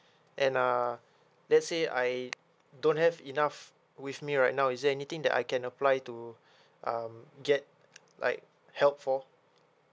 and uh let's say I don't have enough with me right now is there anything that I can apply to um get like help for